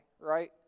right